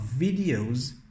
videos